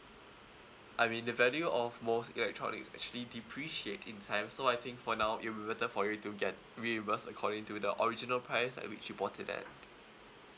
I mean the value of most electronics actually depreciate in time so I think for now it will be better for you to get reimbursed according to the original price at which you bought it at